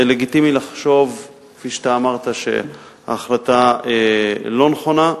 לגיטימי לחשוב, כפי שאתה אמרת, שההחלטה לא נכונה,